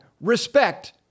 Respect